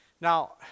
Now